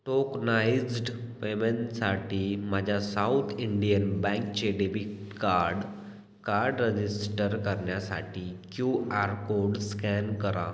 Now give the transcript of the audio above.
tokenised पेमेनसाठी माझ्या South Indian बँकेचे डेबिट कार्ड कार्ड रजिस्टर करण्यासाठी क्यू आर कोड स्कॅन करा